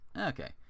Okay